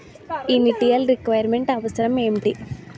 Initial requirement అవసరం ఎంటి?